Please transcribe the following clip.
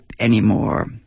anymore